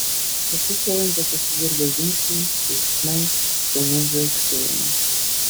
po pusvalandžio pasigirdo žingsniai keiksmai šunų viauksėjimas